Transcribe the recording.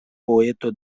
poeto